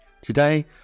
Today